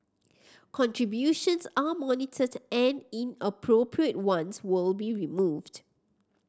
contributions are monitored and inappropriate ones will be removed